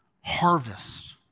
harvest